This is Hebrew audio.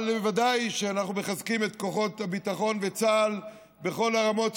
אבל ודאי שאנחנו מחזקים את כוחות הביטחון ואת צה"ל בכל הרמות,